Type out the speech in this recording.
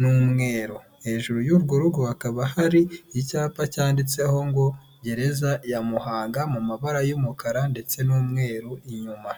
n'umweru, hejuru y'urwo rugo hakaba hari icyapa cyanditseho ngo gereza ya Muhaga mu mabara y'umukara ndetse n'umweru inyuma.